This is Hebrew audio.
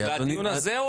לדיון הזה?